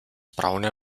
braune